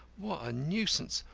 what a nuisance!